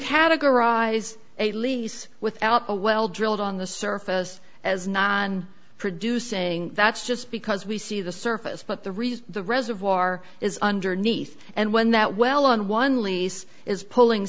categorize a lease without a well drilled on the surface as non producing that's just because we see the surface but the reason the reservoir is underneath and when that well on one lease is pulling